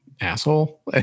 asshole